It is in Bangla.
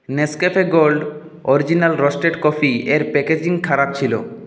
Nescafe gold original roasted coffee এর প্যাকেজিং খারাপ ছিল